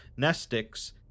nestics